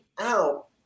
out